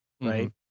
right